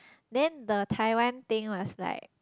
then the Taiwan thing was like